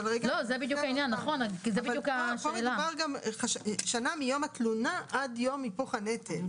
פה מדובר על שנה מיום התלונה עד יום היפוך הנטל.